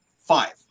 Five